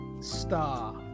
star